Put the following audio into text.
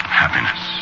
happiness